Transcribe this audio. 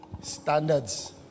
Standards